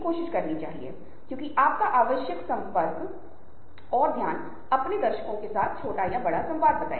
परिप्रेक्ष्य पूरी बात का विश्लेषण करने के लिए तरीकों का एक सेट प्रदान करता है